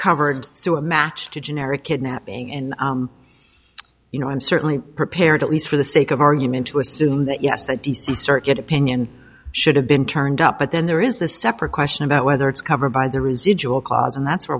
covered through a match to generic kidnapping in you know i'm certainly prepared at least for the sake of argument to assume that yes the d c circuit opinion should have been turned up but then there is a separate question about whether it's covered by the residual clause and that's where